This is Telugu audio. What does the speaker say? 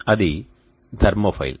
ఇప్పుడు అది థర్మోపైల్